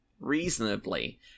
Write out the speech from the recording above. reasonably